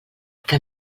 que